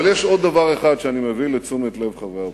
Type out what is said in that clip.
אבל יש עוד דבר אחד שאני מביא לתשומת לב חברי האופוזיציה.